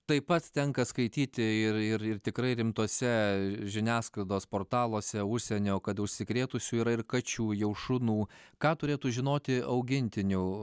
taip pat tenka skaityti ir ir ir tikrai rimtuose žiniasklaidos portaluose užsienio kad užsikrėtusių yra ir kačių jau šunų ką turėtų žinoti augintinių